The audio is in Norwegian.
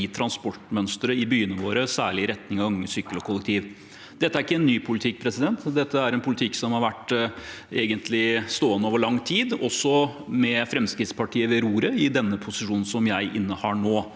transportmønsteret i byene våre, særlig i retning av gange, sykkel og kollektiv. Dette er ikke en ny politikk. Dette er en politikk som egentlig har vært stående over lang tid, også med Fremskrittspartiet ved roret i den posisjonen jeg innehar nå.